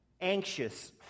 anxious